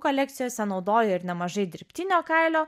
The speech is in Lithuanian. kolekcijose naudoja ir nemažai dirbtinio kailio